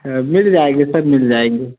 हाँ मिल जाएँगे सर मिल जाएँगे